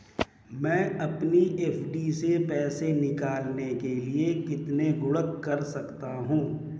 मैं अपनी एफ.डी से पैसे निकालने के लिए कितने गुणक कर सकता हूँ?